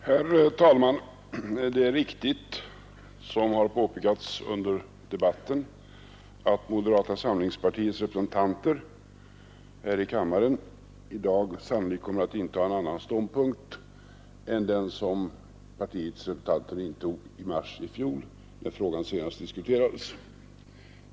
Herr talman! Det är riktigt som påpekats under debatten att moderata samlingspartiets representanter i kammaren i dag sannolikt kommer att inta en annan ståndpunkt än den som partiets representanter intog i mars i fjol när frågan senast diskuterades.